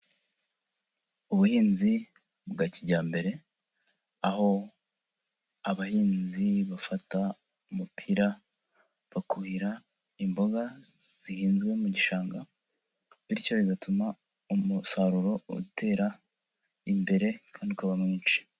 Ubuhinzi bwa kijyambere, aho abahinzi bafata umupira bakuhira imboga zihinzwe mu gishanga, bityo bigatuma umusaruro utera imbere kandi ukaba mwinshi.